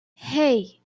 hey